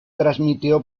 transmitió